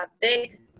big